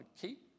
keep